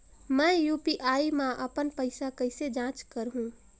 मैं यू.पी.आई मा अपन पइसा कइसे जांच करहु?